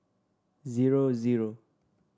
zero zero